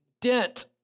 dent